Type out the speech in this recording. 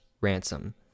Ransom